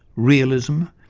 realism,